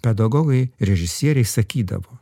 pedagogai režisieriai sakydavo